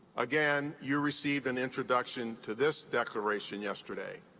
again, you received an introduction to this declaration yesterday.